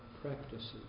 Practices